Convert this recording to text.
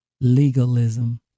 legalism